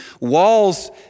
Walls